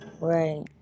Right